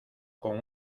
con